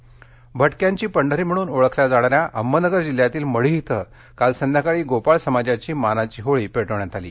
अहमदनगर होळी भटक्यांची पंढरी म्हणून ओळखल्या जाणाऱ्या अहमदनगर जिल्ह्यातल्या मढी इथं काल संध्याकाळी गोपाळ समाजाची मानाची होळी पेटवली गेली